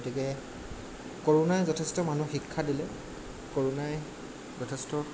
গতিকে কৰোণাই যথেষ্ট মানুহক শিক্ষা দিলে কৰোণাই যথেষ্ট